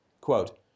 Quote